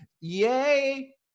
Yay